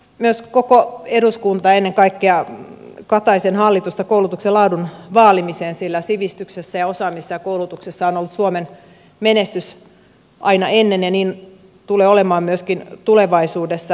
kannustan myös koko eduskuntaa ennen kaikkea kataisen hallitusta koulutuksen laadun vaalimiseen sillä sivistyksessä osaamisessa ja koulutuksessa on ollut suomen menestys aina ennen ja niin tulee olemaan myöskin tulevaisuudessa